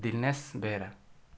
Dinesh Behera